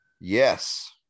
yes